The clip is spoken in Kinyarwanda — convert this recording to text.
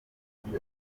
amaze